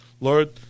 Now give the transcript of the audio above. Lord